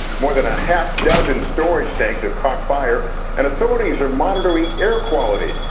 more than a half dozen storage tanks have caught fire and authorities are monitoring air quality.